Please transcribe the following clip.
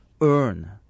earn